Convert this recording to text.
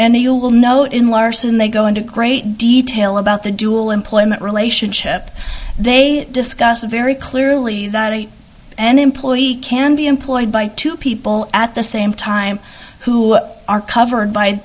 any you will know in larson they go into great detail about the dual employment relationship they discuss very clearly that an employee can be employed by two people at the same time who are covered by